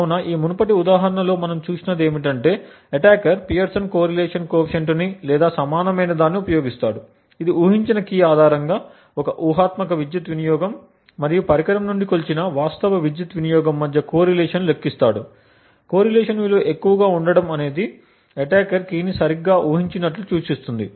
కాబట్టి ఈ మునుపటి ఉదాహరణలో మనం చూసినది ఏమిటంటే attacker Pearson correlation coefficient Pearson's correlation coefficientని లేదా సమానమైనదాన్ని ఉపయోగిస్తాడు ఇది ఊహించిన కీ ఆధారంగా ఒక ఊహాత్మక విద్యుత్ వినియోగం మరియు పరికరం నుండి కొలిచిన వాస్తవ విద్యుత్ వినియోగం మధ్య కోరిలేషన్ లెక్కిస్తాడు కోరిలేషన్ విలువ ఎక్కువగా ఉండటం అనేది అటాకర్ కీని సరిగ్గా ఊహించినట్లు సూచిస్తుంది